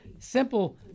Simple